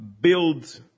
build